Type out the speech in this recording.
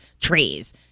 trees